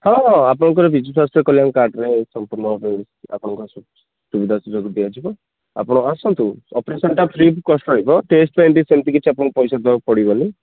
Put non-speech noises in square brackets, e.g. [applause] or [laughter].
ହଁ ଆପଣଙ୍କର ବିଜୁ ସ୍ୱାସ୍ଥ୍ୟ କଲ୍ୟାଣ କାର୍ଡରେ ସମ୍ପୂର୍ଣ୍ଣଭାବେ ଆପଣଙ୍କ ସୁବିଧା ସୁଯୋଗ ଦିଆଯିବ ଆପଣ ଆସନ୍ତୁ ଅପେରସନଟା ଫ୍ରି [unintelligible] ରହିବ ଟେଷ୍ଟ ପାଇଁ ବି ସେମିତି କିଛି ଆପଣଙ୍କୁ ପଇସା ଦେବାକୁ ପଡ଼ିବନି